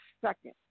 second